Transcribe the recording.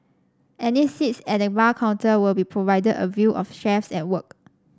any seats at the bar counter will be provided a view of chefs at work